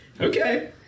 Okay